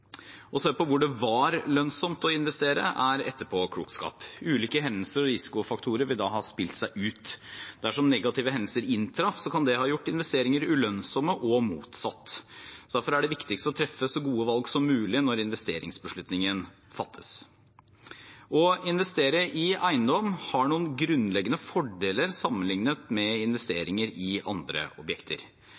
Å se på hvor det var lønnsomt å investere, er etterpåklokskap. Ulike hendelser og risikofaktorer vil da ha spilt seg ut. Dersom negative hendelser inntraff, kan det ha gjort investeringer ulønnsomme – og motsatt. Derfor er det viktig å treffe så gode valg som mulig når investeringsbeslutningen fattes. Å investere i eiendom har noen grunnleggende fordeler sammenlignet med investeringer i andre objekter.